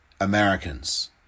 Americans